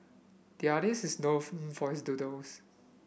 the artist is known for his doodles